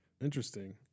Interesting